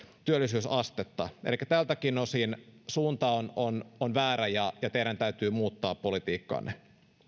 työllisyysastetta elikkä tältäkin osin suunta on on väärä ja ja teidän täytyy muuttaa politiikkaanne